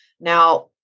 Now